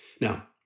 Now